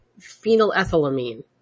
phenylethylamine